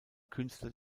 künstler